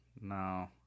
no